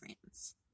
friends